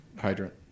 hydrant